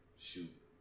shoot